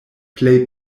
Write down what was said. plej